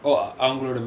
oh oh அவங்களோட:avangaloda